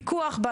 פיקוח,